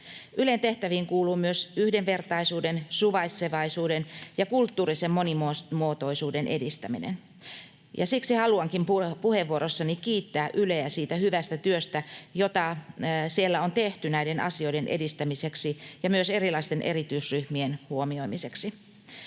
Ylen tehtäviin kuuluu myös yhdenvertaisuuden, suvaitsevaisuuden ja kulttuurisen monimuotoisuuden edistäminen, ja siksi haluankin puheenvuorossani kiittää Yleä siitä hyvästä työstä, jota siellä on tehty näiden asioiden edistämiseksi ja myös erilaisten erityisryh-mien huomioimiseksi.